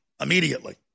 immediately